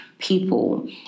people